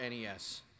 NES